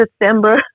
December